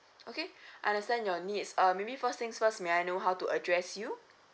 okay understand your needs uh maybe first things first may I know how to address you